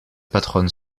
patronne